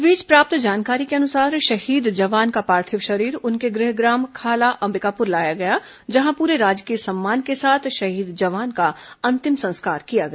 इस बीच प्राप्त जानकारी के अनुसार शहीद जवान का पार्थिव शरीर उनके गृहग्राम खाला अंबिकापुर लाया गया जहां पूरे राजकीय सम्मान के साथ शहीद जवान का अंतिम संस्कार किया गया